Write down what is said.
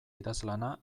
idazlana